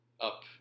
up